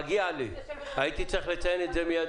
מגיע לי, הייתי צריך לציין את זה מיד.